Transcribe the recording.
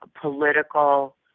political